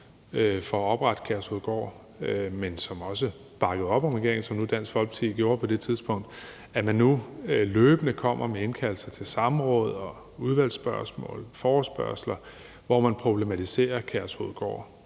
for at oprette Kærshovedgård, men som også bakkede op om regeringen, som nu Dansk Folkeparti gjorde på det tidspunkt, nu løbende kommer med indkaldelser til samråd, udvalgsspørgsmål og forespørgsler, hvor man problematiserer Kærshovedgård.